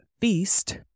feast